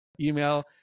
email